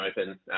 Open